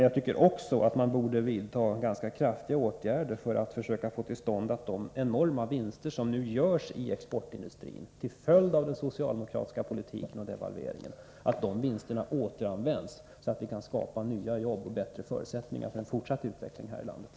Jag tycker också att man borde vidta ganska kraftiga åtgärder för att få till stånd att de enorma vinster som nu görs i exportindustrin, till följd av den socialdemokratiska politiken och devalveringen, återanvänds så att vi kan skapa nya jobb och förutsättningar för en fortsatt utveckling här i landet.